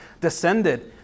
descended